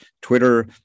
Twitter